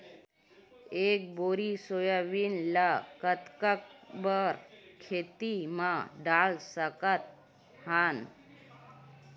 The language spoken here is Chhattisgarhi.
एक बोरी यूरिया ल कतका बड़ा खेत म डाल सकत हन?